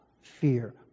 fear